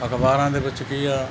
ਅਖਬਾਰਾਂ ਦੇ ਵਿੱਚ ਕੀ ਆ